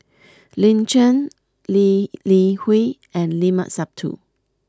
Lin Chen Lee Li Hui and Limat Sabtu